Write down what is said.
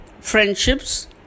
friendships